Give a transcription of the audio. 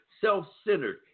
self-centered